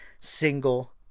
single